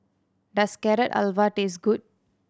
does Carrot Halwa taste good